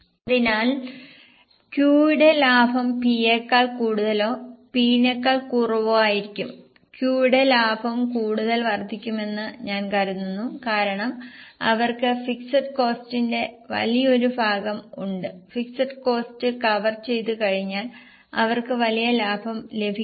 അതിനാൽ Q യുടെ ലാഭം P യേക്കാൾ കൂടുതലോ P നേക്കാൾ കുറവോ ആയിരിക്കും Q യുടെ ലാഭം കൂടുതൽ വർദ്ധിക്കുമെന്ന് ഞാൻ കരുതുന്നു കാരണം അവർക്ക് ഫിക്സഡ് കോസ്റ്റിന്റെ വലിയൊരു ഭാഗം ഉണ്ട് ഫിക്സഡ് കോസ്ററ് കവർ ചെയ്തുകഴിഞ്ഞാൽ അവർക്ക് വലിയ ലാഭം ലഭിക്കുമോ